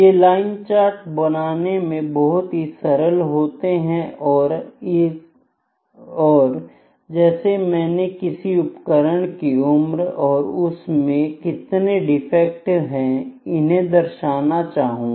ये line chart बनाने में बहुत ही सरल होते हैं जैसे मैं किसी उपकरण की उम्र तथा उसमें कितने डिफेक्ट हैं इन्हें दर्शना चाहूं